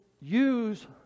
use